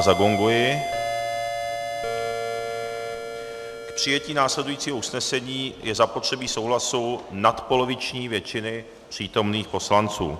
K přijetí následujícího usnesení je zapotřebí souhlasu nadpoloviční většiny přítomných poslanců.